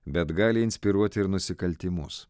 bet gali inspiruoti ir nusikaltimus